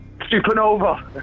Supernova